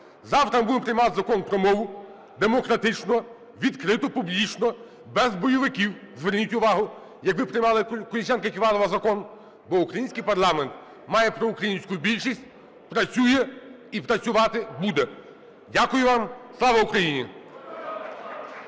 Завтра ми будемо приймати Закон про мову демократично, відкрито, публічно, без бойовиків, зверніть увагу, як ви приймали Колесніченка-Ківалова закон, бо український парламент має проукраїнську більшість, працює і працювати буде. Дякую вам. Слава Україні!